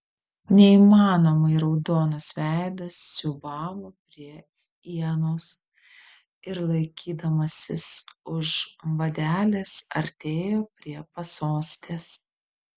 neįmanomai raudonas veidas siūbavo prie ienos ir laikydamasis už vadelės artėjo prie pasostės